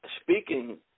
speaking